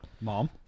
Mom